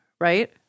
right